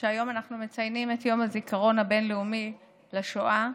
שהיום אנחנו מציינים את יום הזיכרון הבין-לאומי לשואה,